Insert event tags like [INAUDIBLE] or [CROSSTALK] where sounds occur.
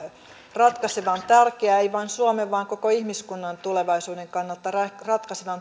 ratkaisevan tärkeä ei vain suomen vaan koko ihmiskunnan tulevaisuuden kannalta ratkaisevan [UNINTELLIGIBLE]